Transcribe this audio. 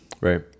Right